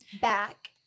back